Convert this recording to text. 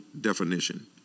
definition